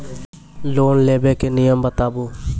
Loan लेबे के नियम बताबू?